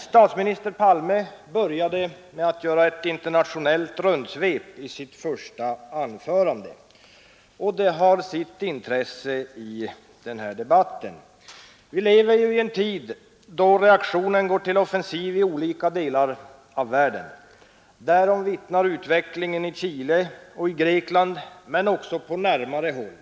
Statsminister Palme började sitt första anförande i dag med att göra ett internationellt rundsvep, och det har sitt intresse i denna debatt. Vi lever ju i en tid då reaktionen går till offensiv i olika delar av världen. Därom vittnar utvecklingen i Chile och i Grekland men också på närmare håll.